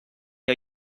are